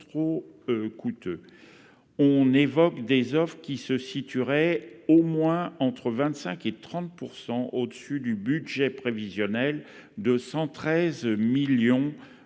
On évoque des offres qui se situeraient au moins entre 25 % et 30 % au-dessus du budget prévisionnel de 113 millions d'euros